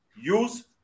use